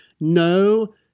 no